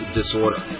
Disorder